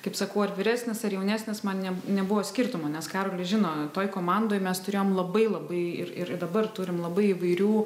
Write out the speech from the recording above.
kaip sakau ar vyresnis ar jaunesnis man ne nebuvo skirtumo nes karolis žino toj komandoj mes turėjome labai labai ir ir dabar turim labai įvairių